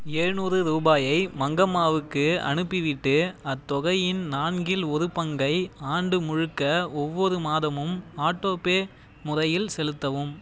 எழுநூறு ரூபாயை மங்கம்மாவுக்கு அனுப்பிவிட்டு அத்தொகையின் நான்கில் ஒரு பங்கை ஆண்டு முழுக்க ஒவ்வொரு மாதமும் ஆட்டோபே முறையில் செலுத்தவும்